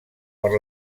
per